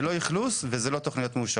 כלומר, זה לא רק אכלוס ותוכניות מאושרות.